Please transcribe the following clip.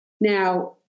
Now